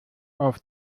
auf